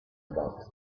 about